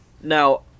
Now